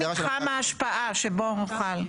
מה מתחם ההשפעה שבו מוחל?